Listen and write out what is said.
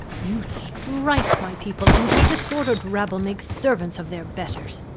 you strike my people, and your disorder'd rabble make servants of their betters.